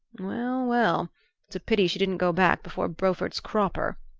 well, well it's a pity she didn't go back before beaufort's cropper,